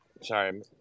sorry